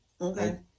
okay